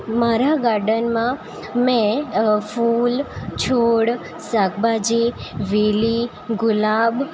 મારા ગાર્ડનમાં મેં ફૂલ છોડ શાકભાજી વેલી ગુલાબ